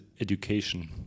education